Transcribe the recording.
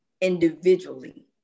individually